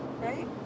right